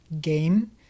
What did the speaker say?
game